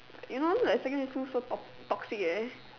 you know like secondary school so to~ toxic eh